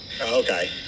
Okay